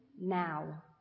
now